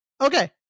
Okay